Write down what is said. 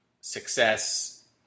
success